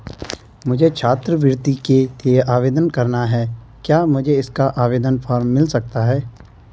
मुझे छात्रवृत्ति के लिए आवेदन करना है क्या मुझे इसका आवेदन फॉर्म मिल सकता है?